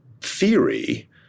theory